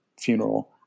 funeral